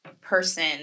person